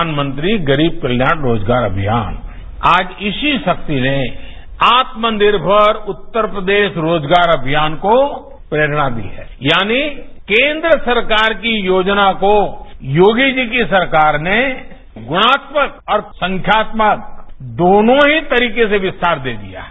प्रषानमंत्री गरीब कल्याण रोजगार अमियान आज इसी शक्ति ने आत्मनिर्मर उत्तर प्रदेश रोजगार अमियान को प्रेरणा दी है यानी केन्द्र सरकार की योजना को योगी जी की सरकार ने गृणात्मक और संख्यात्मक दोनों ही तरीके से किस्तार दे दिया है